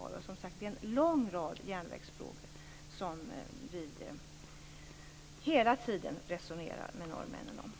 Det är som sagt en lång rad järnvägsfrågor som vi hela tiden resonerar med norrmännen om.